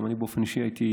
גם אני באופן אישי הייתי,